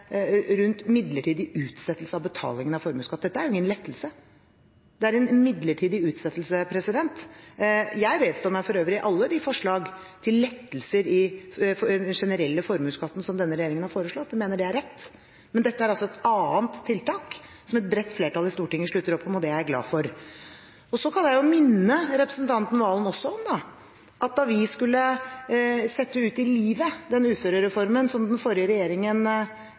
rundt midlertidig utsettelse av betalingen av formuesskatt. Dette er ingen lettelse, det er en midlertidig utsettelse. Jeg vedstår meg for øvrig alle forslag til lettelser i den generelle formuesskatten som denne regjeringen har foreslått, jeg mener det er rett, men dette er altså et annet tiltak som et bredt flertall i Stortinget slutter opp om. Det er jeg glad for. Jeg kan minne representanten Serigstad Valen om at da vi skulle sette ut i livet uførereformen som den forrige regjeringen